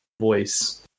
voice